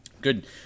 Good